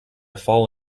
fall